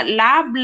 lab